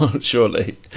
Surely